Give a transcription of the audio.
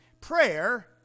prayer